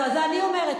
זה אני אומרת,